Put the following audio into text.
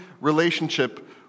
relationship